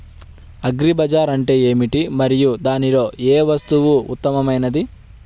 Agri bazaar అంటే ఏమిటి మరియు దానిలో ఏ వస్తువు ఉత్తమమైనది?